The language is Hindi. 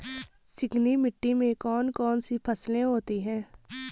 चिकनी मिट्टी में कौन कौन सी फसलें होती हैं?